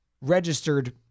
registered